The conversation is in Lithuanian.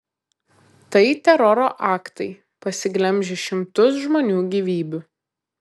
tai teroro aktai pasiglemžę šimtus žmonių gyvybių